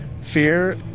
Fear